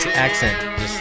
accent